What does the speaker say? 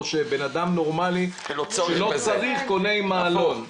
או שבן אדם נורמלי שלא צריך קונה עם מעלון.